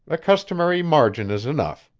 the customary margin is enough.